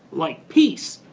like peace.